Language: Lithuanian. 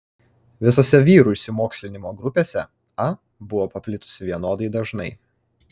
visose vyrų išsimokslinimo grupėse ah buvo paplitusi vienodai dažnai